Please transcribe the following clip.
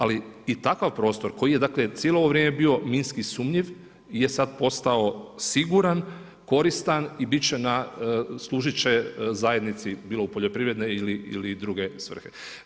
Ali i takav prostor koji je dakle, cijelo ovo vrijeme bio minski sumnjiv je sad postao siguran, koristan i biti će na, služit će zajednici bilo u poljoprivredne ili druge svrhe.